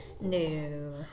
No